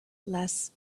less